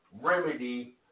remedy